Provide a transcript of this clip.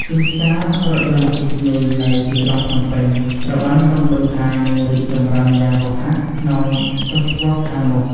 ទីផ្សាររថយន្តអគ្គីសនីនៅទីក្រុង ភ្នំពេញ ត្រូវបានរំពឹងថា នឹងរីកចម្រើនយ៉ាងរហ័សក្នុងទសវត្សរ៍ខាងមុខ។